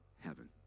heaven